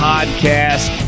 Podcast